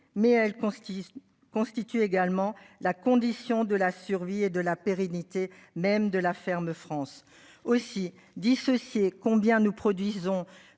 constitue constituent également la condition de la survie et de la pérennité même de la ferme France aussi dissocier combien nous produisons